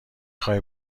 خوای